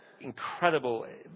incredible